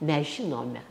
mes žinome